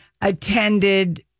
attended